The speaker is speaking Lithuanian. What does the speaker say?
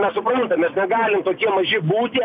nesupranta mes negalim tokie maži būti